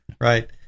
right